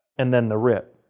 and then the rip.